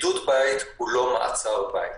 בידוד בית הוא לא מעצר בית,